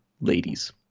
ladies